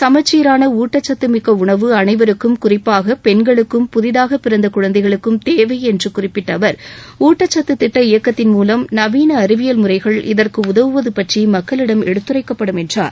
சமச்சீரான ஊட்டச்சத்து மிக்க உணவு அனைவருக்கும் குறிப்பாக பெண்களுக்கும் புதிதாக பிறந்த குழந்தைகளுக்கும் தேவை என்று குறிப்பிட்ட அவர் ஊட்டச்சத்து திட்ட இயக்கத்தின் மூலம் நவீன அறிவியல் முறைகள் இதற்கு உதவுவது பற்றி மக்களிடம் எடுத்துரைக்கப்படும் என்றார்